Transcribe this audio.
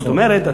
זאת אומרת,